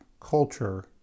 culture